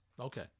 Okay